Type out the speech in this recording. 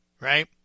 right